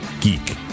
geek